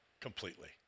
completely